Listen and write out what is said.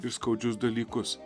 ir skaudžius dalykus